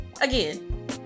again